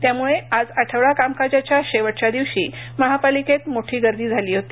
त्यामुळे आज आठवडा कामकाजाच्या शेवटच्या दिवशी महापालिकेत मोठी गर्दी झाली होती